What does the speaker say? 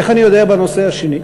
איך אני יודע בנושא השני?